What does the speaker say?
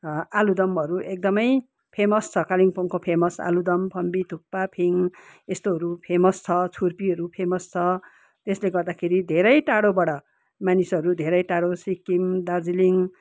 आलुदमहरू एकदमै फेमस छ कालिम्पोङको फेमस आलुदम फम्बी थुक्पा फिङ यस्तोहरू फेमस छ छुर्पीहरू फेमस छ यसले गर्दाखेरि धेरै टाढोबाट मानिसहरू धेरै टाढो सिक्किम दार्जिलिङ